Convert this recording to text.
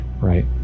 right